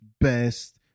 best